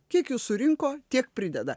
kiek jų surinko tiek prideda